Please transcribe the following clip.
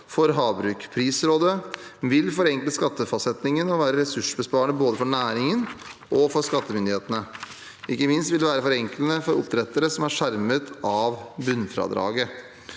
for havbruk. Prisrådet vil forenkle skattefastsettingen og være ressursbesparende både for næringen og for skattemyndighetene. Ikke minst vil det være forenklende for oppdrettere som er skjermet av bunnfradraget.